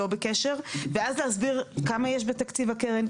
ואז להסביר כמה יש בתקציב הקרן,